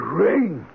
ring